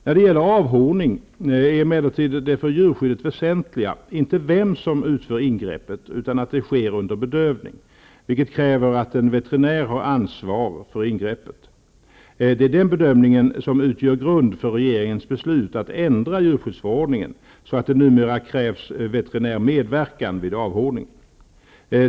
När det gäller avhorning är emellertid det för djurskyddet väsentliga inte vem som utför ingreppet utan att detta sker under bedövning, vilket kräver att en veterinär har ansvar för ingreppet. Det är den bedömningen som utgör grund för regeringens beslut att ändra djurskyddsförordningen så att det nu mera krävs veterinär medverkan vid avhorning.